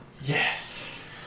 Yes